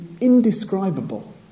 indescribable